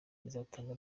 izatanga